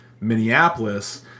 Minneapolis